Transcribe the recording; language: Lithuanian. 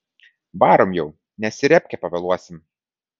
varom jau nes į repkę pavėluosim